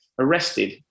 arrested